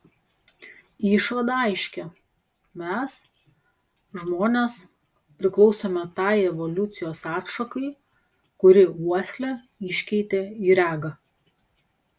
išvada aiški mes žmonės priklausome tai evoliucijos atšakai kuri uoslę iškeitė į regą